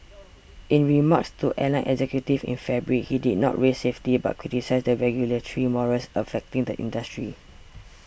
in remarks to airline executives in February he did not raise safety but criticised the regulatory morass affecting the industry